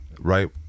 Right